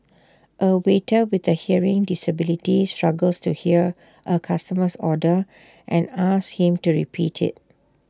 A waiter with A hearing disability struggles to hear A customer's order and asks him to repeat IT